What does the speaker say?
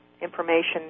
information